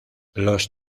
los